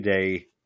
Day